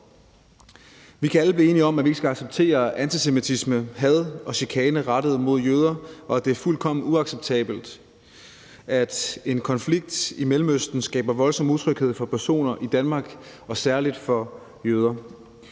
Vi kan alle blive enige om, at vi ikke skal acceptere antisemitisme, had og chikane rettet mod jøder, og at det er fuldkommen uacceptabelt, at en konflikt i Mellemøsten skaber voldsom utryghed for personer i Danmark og særlig for jøder.